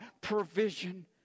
provision